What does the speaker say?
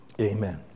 amen